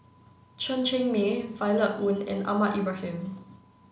Chen Cheng Mei Violet Oon and Ahmad Ibrahim